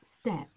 step